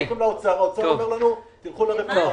אנחנו הולכים לאוצר, האוצר אומר לנו תלכו לרווחה.